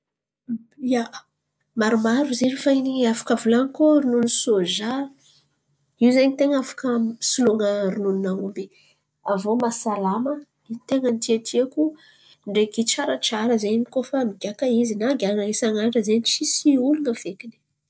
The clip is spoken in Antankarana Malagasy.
Ia, maromaro zen̈y fa ny afaka volanko zen̈y ronono soja io zen̈y tain̈a afaka soloan̈a rononon’ny aomby. Aviô mahasalama in̈y tain̈a ny tiatiako ndraiky tsaratsara zen̈y koa fa migiaka izy na hoanin̈y isan'andra zen̈y tsisy olon̈a fekiny.